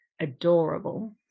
adorable